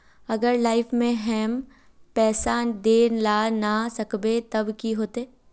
अगर लाइफ में हैम पैसा दे ला ना सकबे तब की होते?